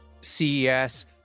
CES